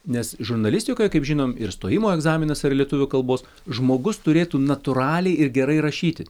nes žurnalistikoje kaip žinom ir stojimo egzaminas yra lietuvių kalbos žmogus turėtų natūraliai ir gerai rašyti